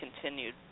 continued